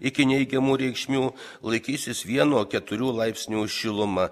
iki neigiamų reikšmių laikysis vieno keturių laipsnių šiluma